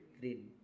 green